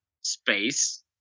space